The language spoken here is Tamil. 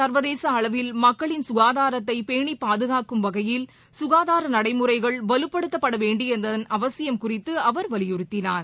சர்வதேச அளவில் மக்களின் கசாதாரத்தை பேணி பாதுகாக்கும் வகையில் கசாதார நடைமுறைகள் வலுப்படுத்தப்பட வேண்டியதன் அவசியம் குறித்து அவர் வலியுறுத்தினார்